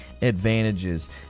advantages